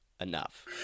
enough